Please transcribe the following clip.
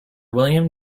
william